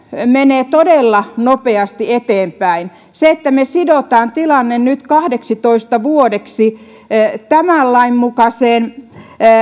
menee todella nopeasti eteenpäin se että me sidomme tilanteen nyt kahdeksitoista vuodeksi tämän lain mukaiseen